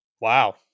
Wow